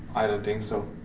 i don't think so.